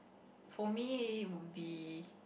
for me would be